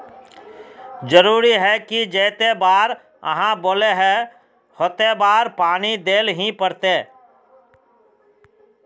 जरूरी है की जयते बार आहाँ बोले है होते बार पानी देल ही पड़ते?